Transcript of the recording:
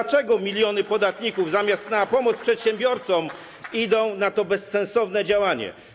Dlaczego miliony podatków zamiast na pomoc przedsiębiorcom idą na to bezsensowne działanie?